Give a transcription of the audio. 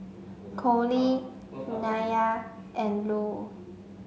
Cole Nyah and Lue